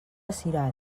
cirat